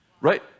Right